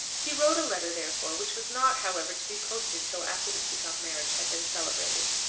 he wrote a letter, therefore, which was not, however, to be posted till after the peacocke marriage had been celebrated,